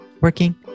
working